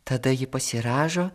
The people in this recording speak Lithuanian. tada ji pasirąžo